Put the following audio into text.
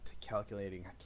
calculating